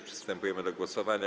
Przystępujemy do głosowania.